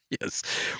Yes